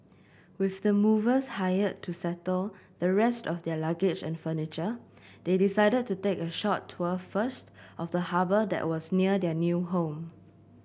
with the movers hired to settle the rest of their luggage and furniture they decided to take a short tour first of the harbour that was near their new home